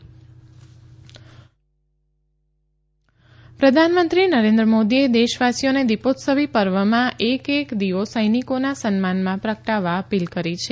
પ્રધાનમંત્રી પ્રધાનમંત્રી નરેન્દ્ર મોદીએ દેશવાસીઓને દીપોત્સવી પર્વમાં એક એક દિવો સૈનિકોના સન્માનમાં પ્રગટાવવા અપીલ કરી છે